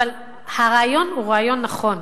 אבל הרעיון הוא רעיון נכון,